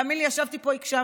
תאמין לי, ישבתי פה, הקשבתי.